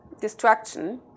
destruction